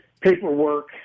paperwork